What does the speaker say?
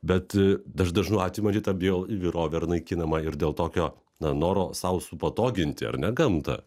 bet dažnu atveju matyt ta bioįvairovė ir naikinama ir dėl tokio na noro sau supatoginti ar ne gamtą